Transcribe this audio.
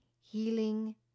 Healing